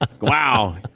Wow